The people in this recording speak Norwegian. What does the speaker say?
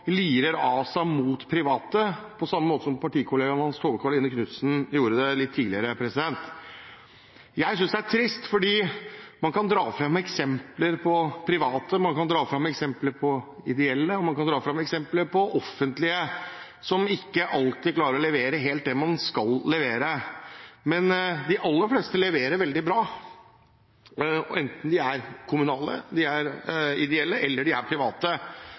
lirer av seg mot private, på samme måte som hans partikollega Tove Karoline Knutsen gjorde litt tidligere. Jeg synes det er trist, for man kan dra fram eksempler på private, på ideelle og på offentlige som ikke alltid klarer å levere helt det man skal. Men de aller fleste leverer veldig bra, enten de er kommunale, ideelle eller private. Å stigmatisere slik at hver gang det er en kommersiell eller en privat aktør, så er